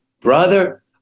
brother